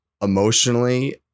emotionally